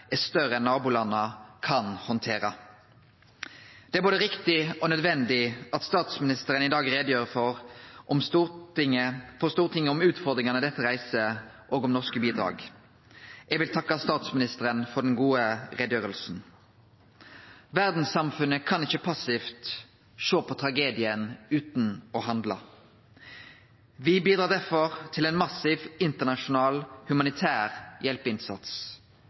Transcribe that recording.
er større enn nabolanda kan handtere. Det er både riktig og nødvendig at statsministeren i dag gjer greie for Stortinget om utfordringane dette reiser òg om norske bidrag. Eg vil takke statsministeren for den gode utgreiinga. Verdssamfunnet kan ikkje passivt sjå på tragedien utan å handle. Me bidreg derfor til ein massiv, internasjonal humanitær hjelpeinnsats.